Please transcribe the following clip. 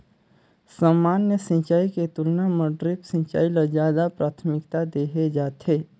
सामान्य सिंचाई के तुलना म ड्रिप सिंचाई ल ज्यादा प्राथमिकता देहे जाथे